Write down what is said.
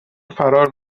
فرار